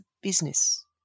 business